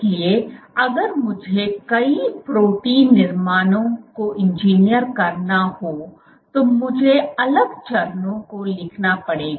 इसलिए अगर मुझे कई प्रोटीन निर्माणों को इंजीनियर करना हो तो मुझे अलग चरणों को लिखना पड़ेगा